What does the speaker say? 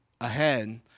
ahead